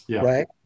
right